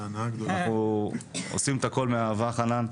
אנחנו עושים את הכול מאהבה, חנן.